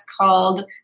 called